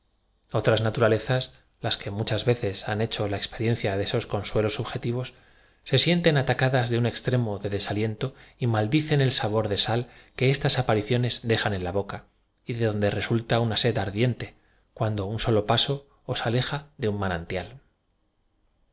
naturalezas las que muchas yeces han hecho la experiencia de estos con suelos subjetivos se sienten atacadas de un extremo de desaliento y maldicen el sabor de sal que estas apariciones dejan en la boca y de donde resulta una sed ardiente cuando un solo paso os aleja de un ma